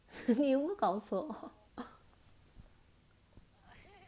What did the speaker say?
你有没有搞错